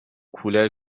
کولر